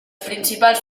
principals